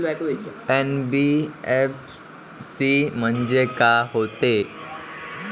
NBFC म्हणजे का होते?